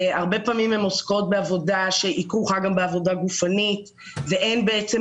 הרבה פעמים הן עוסקות בעבודה שכרוכה גם בעבודה גופנית ואין בעצם